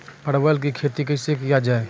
परवल की खेती कैसे किया जाय?